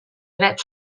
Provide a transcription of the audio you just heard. dret